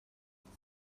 faes